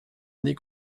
année